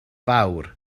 fawr